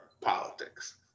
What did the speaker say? politics